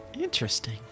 interesting